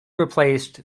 replaced